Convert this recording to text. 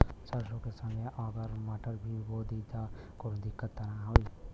सरसो के संगे अगर मटर भी बो दी त कवनो दिक्कत त ना होय?